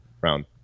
round